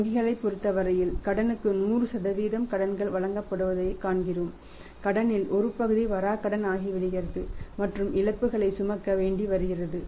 வங்கிகளைப் பொறுத்தவரையில் கடன்களுக்கு 100 கடன்கள் வழங்கப்படுவதைக் காண்கிறோம் கடனின் ஒரு பகுதி வராக்கடன் ஆகிவிடுகிறது மற்றும் இழப்புகளைச் சுமக்க வேண்டி இருக்கிறது